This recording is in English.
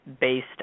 based